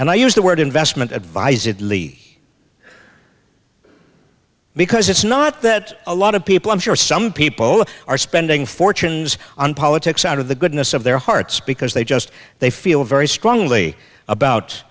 and i use the word investment advisedly because it's not that a lot of people i'm sure some people are spending fortunes on politics out of the goodness of their hearts because they just they feel very strongly about